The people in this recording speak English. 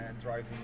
driving